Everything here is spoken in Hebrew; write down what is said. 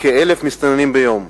כ-1,000 מסתננים ביום.